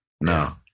no